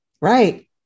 right